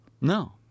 No